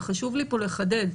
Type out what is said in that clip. חשוב לי לחדד,